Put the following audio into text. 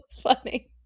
funny